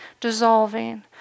dissolving